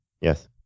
Yes